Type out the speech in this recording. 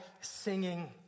singing